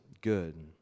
good